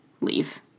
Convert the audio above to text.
leave